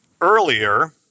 Earlier